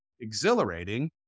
exhilarating